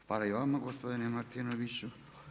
Hvala i vama gospodine Martinoviću.